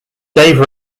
dave